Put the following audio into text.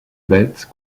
bête